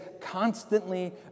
constantly